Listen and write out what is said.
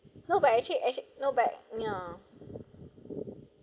no but actually actually no but ya